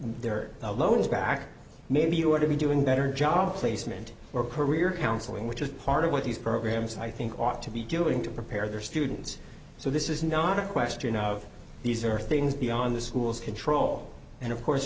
loans back maybe you ought to be doing better job placement or career counseling which is part of what these programs i think ought to be doing to prepare their students so this is not a question of these are things beyond the school's control and of course